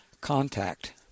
contact